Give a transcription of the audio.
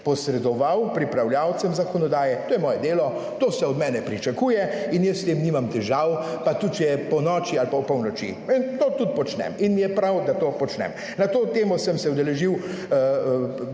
posredoval pripravljavcem zakonodaje. To je moje delo, to se od mene pričakuje in jaz s tem nimam težav, pa tudi če je ponoči ali pa opolnoči, in to tudi počnem, in mi je prav, da to počnem. Na to temo sem se udeležil